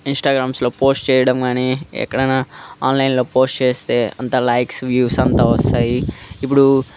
ఇంస్టాగ్రామ్స్లో post చేయడం కానీ ఎక్కడైనా ఆన్లైన్లో పోస్ట్ చేస్తే అంత లైక్స్ వ్యూస్ అంతా వస్తాయి ఇప్పుడు